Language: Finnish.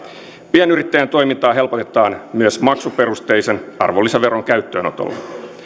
pienyrittäjien toimintaa helpotetaan myös maksuperusteisen arvonlisäveron käyttöönotolla